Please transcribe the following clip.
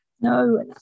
no